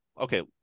okay